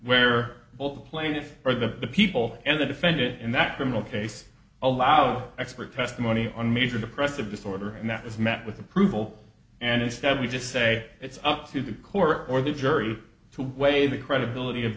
where all the plaintiffs are the people and the defendant in that criminal case allowed expert testimony on major depressive disorder and that was met with approval and instead we just say it's up to the court or the jury to weigh the credibility of